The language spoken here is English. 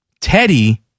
Teddy